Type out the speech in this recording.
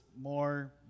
more